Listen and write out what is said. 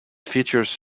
features